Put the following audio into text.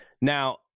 Now